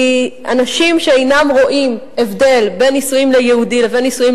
כי אנשים שאינם רואים הבדל בין נישואים ליהודי לבין נישואים